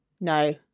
No